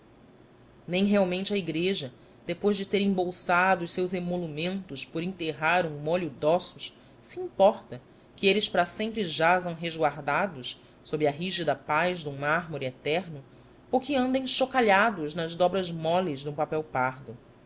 nem realmente a igreja depois de ter embolsado os seus emolumentos por enterrar um molho de ossos se importa que eles para sempre jazam resguardados sob a rígida paz de um mármore eterno ou que andem chocalhados nas dobras moles de um papel pardo